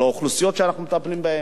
על אוכלוסיות שאנחנו מטפלים בהן,